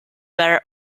were